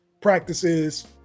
Practices